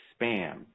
spam